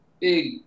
big